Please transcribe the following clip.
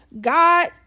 God